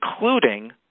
including